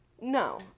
No